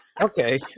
Okay